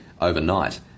overnight